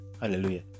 hallelujah